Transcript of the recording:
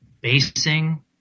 basing